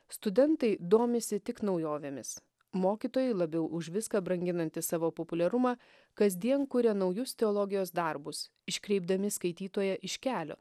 studentai domisi tik naujovėmis mokytojai labiau už viską branginanti savo populiarumą kasdien kuria naujus teologijos darbus iškreipdami skaitytoją iš kelio